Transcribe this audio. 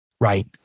Right